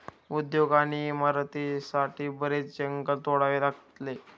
उद्योग आणि इमारतींसाठी बरेच जंगल तोडावे लागले